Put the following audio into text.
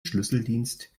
schlüsseldienst